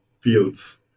fields